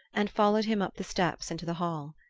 and followed him up the steps into the hall.